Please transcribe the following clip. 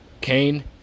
Kane